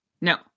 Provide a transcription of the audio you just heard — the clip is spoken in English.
No